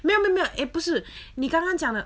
没有没有没有 eh 不是你刚刚讲的